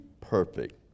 perfect